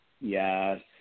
Yes